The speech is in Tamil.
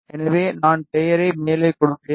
எனவே நான் பெயரை மேலே கொடுப்பேன்